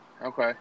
Okay